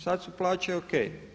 Sad su plaće OK.